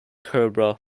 cobra